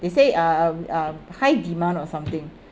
they say uh uh high demand or something